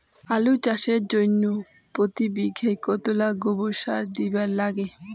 আলু চাষের জইন্যে প্রতি বিঘায় কতোলা গোবর সার দিবার লাগে?